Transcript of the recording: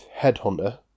Headhunter